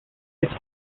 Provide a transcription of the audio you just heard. ice